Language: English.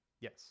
Yes